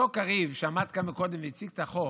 אותו קריב שעמד כאן קודם והציג את החוק,